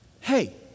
Hey